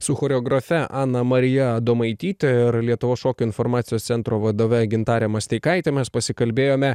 su choreografe ana marija adomaityte ir lietuvos šokio informacijos centro vadove gintare masteikaite mes pasikalbėjome